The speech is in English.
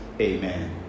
amen